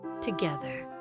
together